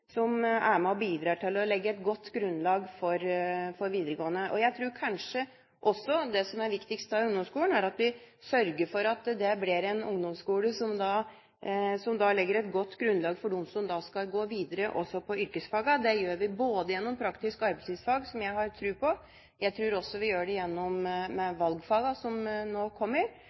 er viktigst i ungdomsskolen, er at vi sørger for at det blir en ungdomsskole som legger et godt grunnlag også for dem som skal gå videre på yrkesfagene. Det gjør vi gjennom praktiske arbeidslivsfag, som jeg har tro på, og jeg tror også vi gjør det med valgfagene som nå kommer.